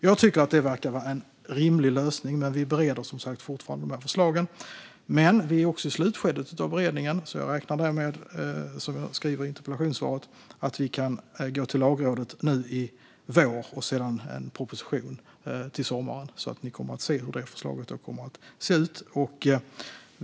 Jag tycker att det verkar vara en rimlig lösning, men vi bereder som sagt var fortfarande förslagen. Vi är dock i slutskedet av beredningen, och som jag skriver i interpellationssvaret räknar jag med att vi kan gå till Lagrådet nu i vår och ha en proposition till sommaren så att ni kan se hur förslaget kommer att se ut.